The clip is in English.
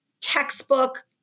textbook